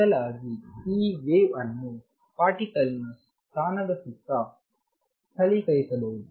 ಬದಲಾಗಿ ಈ ವೇವ್ ಅನ್ನು ಪಾರ್ಟಿಕಲ್ ನ ಸ್ಥಾನದ ಸುತ್ತ ಸ್ಥಳೀಕರಿಸಬಹುದು